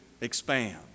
expand